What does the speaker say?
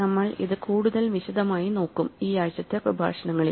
നമ്മൾ ഇത് കൂടുതൽ വിശദമായി നോക്കുംഈ ആഴ്ചത്തെ പ്രഭാഷണങ്ങളിൽ